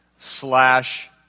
slash